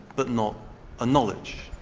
but not a knowledge,